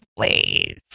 please